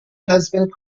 husband